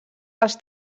els